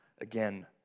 again